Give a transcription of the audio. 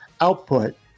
output